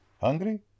Hungry